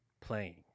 playing